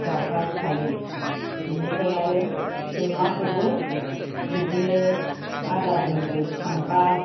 गाबबाय थायो बिनिफ्राय आरो अमाखौबो बिदिनो आदार होनो थांबा